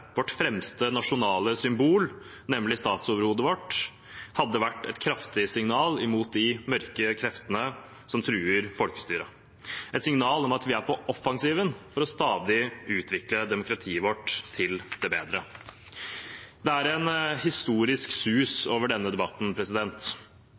vårt fremste nasjonale symbol, nemlig statsoverhodet vårt, hadde vært et kraftig signal imot de mørke kreftene som truer folkestyret, et signal om at vi er på offensiven for stadig å utvikle demokratiet vårt til det bedre. Det er en historisk sus